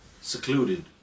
secluded